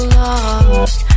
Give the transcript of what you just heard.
lost